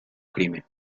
crimen